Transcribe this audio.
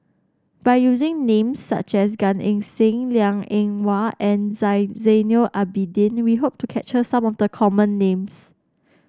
by using names such as Gan Eng Seng Liang Eng Hwa and Zainal Abidin we hope to capture some of the common names